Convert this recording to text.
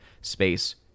space